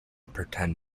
pretend